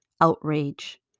outrage